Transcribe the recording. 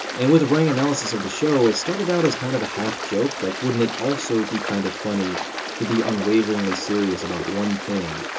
and with a running analysis of the show, it started out as kind of a half-joke, like wouldn't it also be kind of be funny to be unwaveringly serious about one thing?